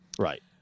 Right